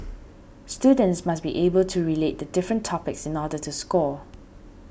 students must be able to relate the different topics in order to score